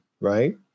right